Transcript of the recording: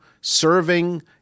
serving